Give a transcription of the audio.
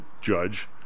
judge